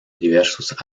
diversos